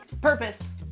purpose